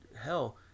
hell